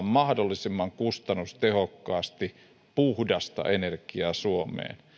mahdollisimman kustannustehokkaasti puhdasta energiaa suomeen